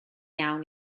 iawn